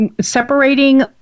separating